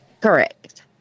Correct